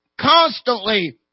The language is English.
constantly